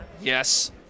Yes